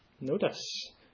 Notice